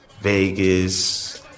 Vegas